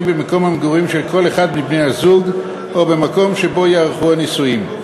במקום המגורים של כל אחד מבני-הזוג או במקום שבו ייערכו הנישואין.